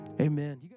Amen